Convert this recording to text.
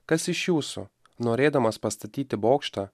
kas iš jūsų norėdamas pastatyti bokštą